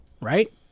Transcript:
right